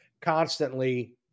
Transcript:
constantly